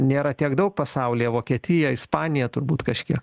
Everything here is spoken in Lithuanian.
nėra tiek daug pasaulyje vokietija ispanija turbūt kažkiek